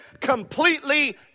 completely